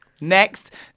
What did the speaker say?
Next